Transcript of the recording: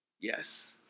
Yes